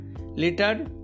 liter